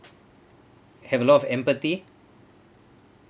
have a lot of empathy